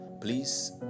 please